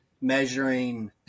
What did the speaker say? measuring